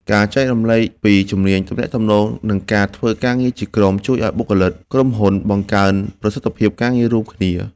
ការចែករំលែកពី ជំនាញទំនាក់ទំនង និងការធ្វើការងារជាក្រុម ជួយឱ្យបុគ្គលិកក្រុមហ៊ុនបង្កើនប្រសិទ្ធភាពការងាររួមគ្នា។